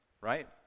right